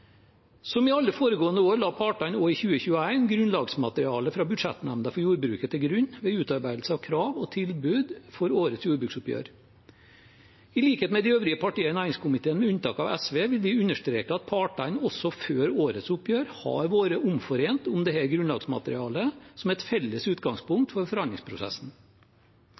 Som i alle foregående år la partene også i 2021 grunnlagsmaterialet fra Budsjettnemnda for jordbruket til grunn ved utarbeidelse av krav og tilbud for årets jordbruksoppgjør. I likhet med de øvrige partiene i næringskomiteen, med unntak av SV, vil vi understreke at partene også før årets oppgjør har vært omforent om dette grunnlagsmaterialet, som et felles utgangspunkt for forhandlingsprosessen.